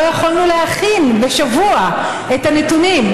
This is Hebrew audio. לא יכולנו להכין בשבוע את הנתונים.